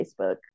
Facebook